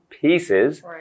pieces